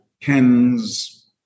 Ken's